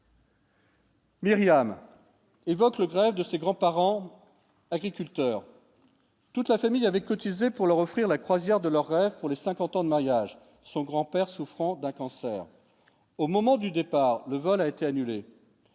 Myriam et votre grève de ses grands-parents agriculteurs, toute la famille avait cotisé pour leur offrir la croisière de leur rêve pour les 50 ans de mariage, son grand-père souffrant d'un cancer au moment du départ, le vol a été annulé